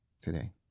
today